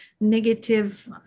negative